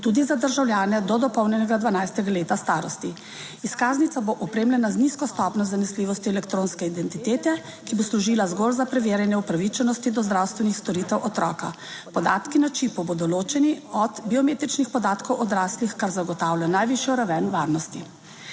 tudi za državljane do dopolnjenega 12. leta starosti. Izkaznica bo opremljena z nizko stopnjo zanesljivosti elektronske identitete, ki bo služila zgolj za preverjanje upravičenosti do zdravstvenih storitev otroka. Podatki na čip bodo ločeni od biometričnih podatkov odraslih, kar zagotavlja najvišjo raven varnosti.